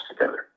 together